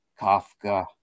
Kafka